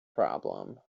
problem